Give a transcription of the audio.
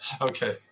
Okay